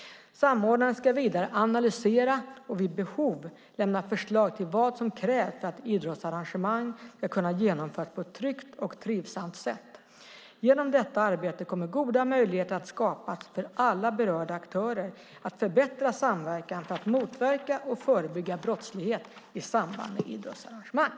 Samordnaren ska vidare analysera och vid behov lämna förslag till vad som krävs för att idrottsarrangemang ska kunna genomföras på ett tryggt och trivsamt sätt. Genom detta arbete kommer goda möjligheter att skapas för alla berörda aktörer att förbättra samverkan för att motverka och förebygga brottslighet i samband med idrottsarrangemang.